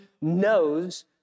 knows